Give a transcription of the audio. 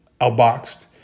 outboxed